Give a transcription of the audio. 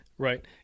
Right